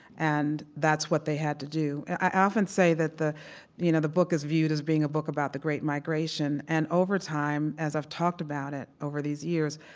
and that's what they had to do i often say that the you know the book is viewed as being a book about the great migration, and over time, as i've talked about it over these years,